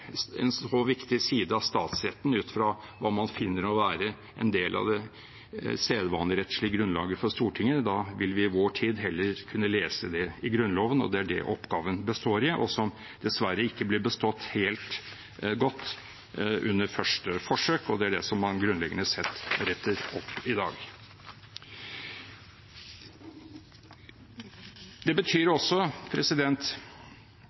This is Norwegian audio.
en så viktig side av statsretten ut fra hva man finner å være en del av det sedvanerettslige grunnlaget for Stortinget. Da vil vi i vår tid heller kunne lese det i Grunnloven. Det er det oppgaven består i, og som dessverre ikke ble bestått helt godt under første forsøk. Det er det man grunnleggende sett retter opp i dag. Det betyr